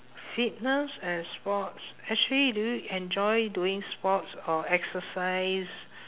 fitness and sports actually do you enjoy doing sports or exercise